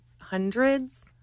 hundreds